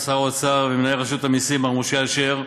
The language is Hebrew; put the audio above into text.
ושר האוצר ומנהל רשות המסים מר משה אשר,